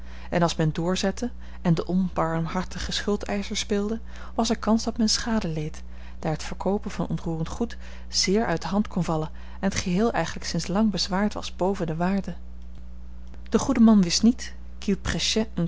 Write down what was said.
en als men doorzette en den onbarmhartigen schuldeischer speelde was er kans dat men schade leed daar t verkoopen van onroerend goed zeer uit de hand kon vallen en t geheel eigenlijk sinds lang bezwaard was boven de waarde de goede man wist niet